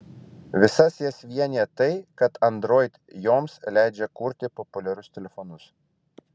visas jas vienija tai kad android joms leidžia kurti populiarius telefonus